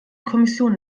kommission